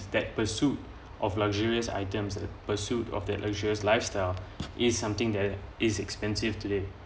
that pursuit of luxurious items at pursuit of their luxury lifestyle is something there is expensive today